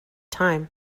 time